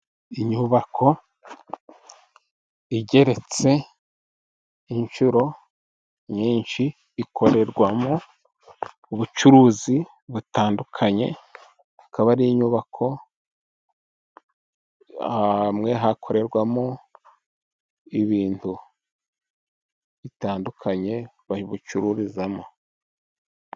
Inyubako igeretse inshuro nyinshi ikorerwamo ubucuruzi butandukanye, akaba ari inyubako hamwe hakorerwamo ibintu bitandukanye bari gucururizamo.